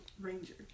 ranger